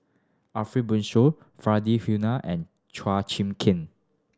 Ariff Bongso Faridah Hanum and Chua Chim Kang